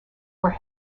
were